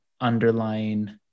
underlying